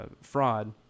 fraud